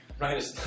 Right